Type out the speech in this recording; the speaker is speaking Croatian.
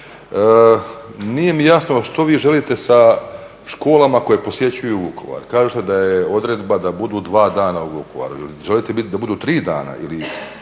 Nije mi jasno što vi želite sa školama koje posjećuju Vukovar, kažete da je odredba da budu dva dana u Vukovaru. Jel želite da budu tri dana